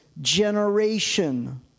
generation